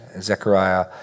Zechariah